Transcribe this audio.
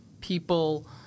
people